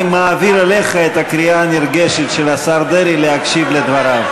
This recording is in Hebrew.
אני מעביר אליך את הקריאה הנרגשת של השר דרעי להקשיב לדבריו.